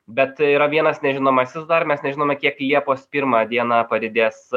bet yra vienas nežinomasis dar mes nežinome kiek liepos pirmą dieną padidės